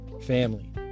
family